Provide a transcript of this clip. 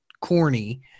corny